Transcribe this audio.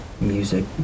music